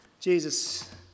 Jesus